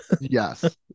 Yes